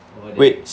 over there